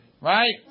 right